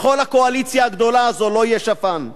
לכל הקואליציה הגדולה הזו: לא יהיה שפן.